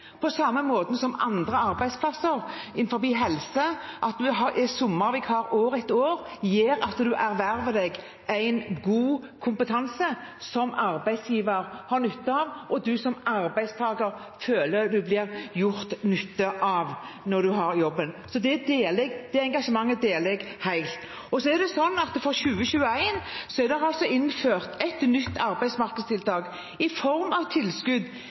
på samme måten som andre arbeidsplasser, innenfor helse. Det at en er sommervikar år etter år gjør at en erverver seg en god kompetanse som arbeidsgiver har nytte av, og som en som arbeidstaker føler en at en blir gjort nytte av når en har jobben. Så det engasjementet deler jeg helt. Så er det slik at for 2021 er det innført et nytt arbeidsmarkedstiltak i form av tilskudd